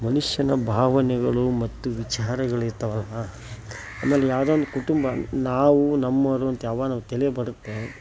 ಮನುಷ್ಯನ ಭಾವನೆಗಳು ಮತ್ತು ವಿಚಾರಗಳು ಇರ್ತಾವಲ್ಲವಾ ಅದರಲ್ಲಿ ಯಾವುದೋ ಒಂದು ಕುಟುಂಬ ನಾವು ನಮ್ಮೋರು ಅಂತ ಯಾವಾಗ ನಮ್ಮ ತಲೆಯಾಗ್ ಬರುತ್ತೆ